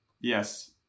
Yes